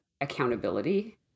accountability